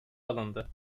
alındı